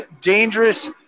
dangerous